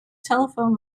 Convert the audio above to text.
telephone